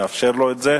נאפשר לו את זה,